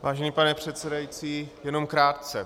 Vážený pane předsedající, jenom krátce.